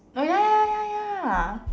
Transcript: oh ya ya ya ya ya